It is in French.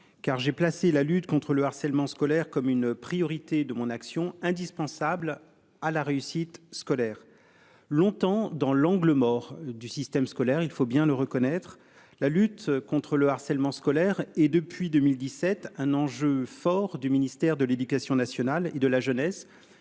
car j'ai placé la lutte contre le harcèlement scolaire comme une priorité de mon action indispensable à la réussite scolaire. Longtemps dans l'angle mort du système scolaire, il faut bien le reconnaître, la lutte contre le harcèlement scolaire, et depuis 2017, un enjeu fort du ministère de l'Éducation nationale et de la jeunesse